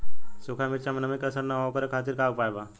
सूखा मिर्चा में नमी के असर न हो ओकरे खातीर का उपाय बा?